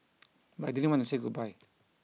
but I didn't want to say goodbye